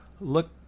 look